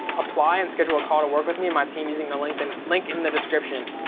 but apply and schedule a call to work with me and my team using the link the and link in the description.